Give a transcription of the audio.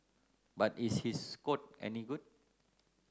but is his code any good